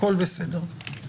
הכול בסדר.